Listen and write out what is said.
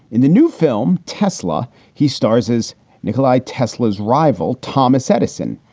in the new film tesla he stars is nikola tesla, his rival thomas edison.